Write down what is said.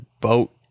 boat